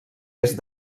est